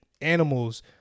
animals